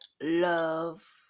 love